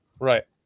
Right